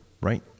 right